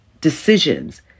decisions